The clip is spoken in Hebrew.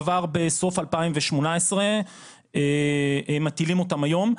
עבר בסוף 2018 מטילים אותם היום,